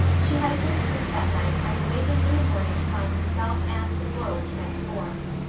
she had a good sleep that night and awakened in the morning to find herself and the world transformed.